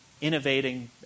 innovating